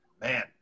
man